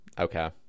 okay